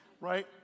right